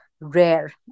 rare